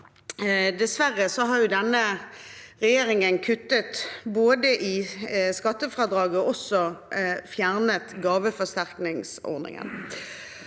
Dessverre har denne regjeringen både kuttet i skattefradraget og fjernet gave forsterkningsordningen.